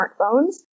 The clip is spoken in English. smartphones